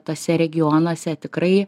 tuose regionuose tikrai